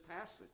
passage